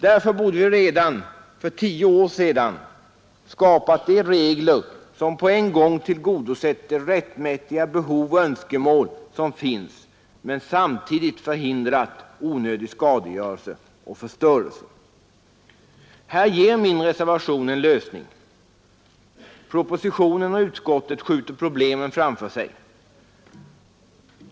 Därför borde vi redan för tio år sedan ha skapat regler som på en gång tillgodosett de rättmätiga behov och önskemål som finns men samtidigt förhindrat onödig skadegörelse och förstörelse. Här ger min reservation en lösning. Propositionen och utskottet skjuter problemen framför sig.